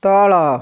ତଳ